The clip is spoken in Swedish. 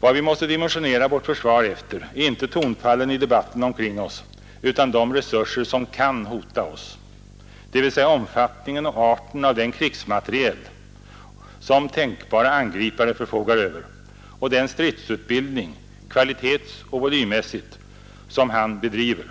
Vad vi måste dimensionera vårt försvar efter är inte tonfallen i debatten omkring oss, utan de resurser som kan hota oss, dvs. omfattningen och arten av den krigsmateriel som tänkbara angripare förfogar över och den stridsutbildning, kvalitetsoch volymmässigt, som han bedriver.